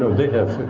they have